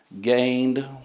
gained